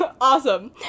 awesome